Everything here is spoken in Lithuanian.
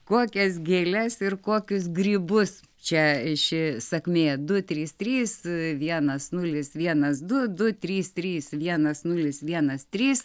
kokias gėles ir kokius grybus čia ši sakmė du trys trys vienas nulis vienas du du trys trys vienas nulis vienas trys